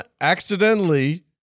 accidentally